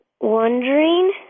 wondering